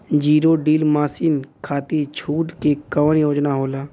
Zero deal मासिन खाती छूट के कवन योजना होला?